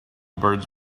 birds